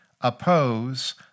oppose